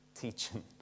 teaching